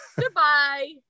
goodbye